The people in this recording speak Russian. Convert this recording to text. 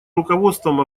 руководством